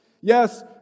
Yes